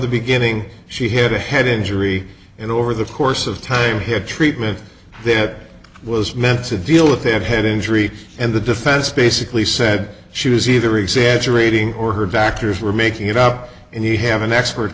the beginning she had a head injury and over the course of time here treatment that was meant to deal with a head injury and the defense basically said she was either exaggerating or her factors were making it up and he had an expert